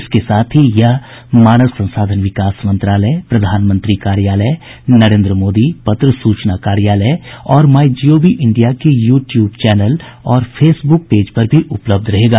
इसके साथ ही यह मानव संसाधन विकास मंत्रालय प्रधानमंत्री कार्यालय नरेन्द्र मोदी पत्र सूचना कार्यालय और माई जीओवी इंडिया के यू ट्यूब चैनल और फेसबुक पेज पर भी उपलब्ध रहेगा